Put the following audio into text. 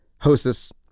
hostess